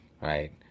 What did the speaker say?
right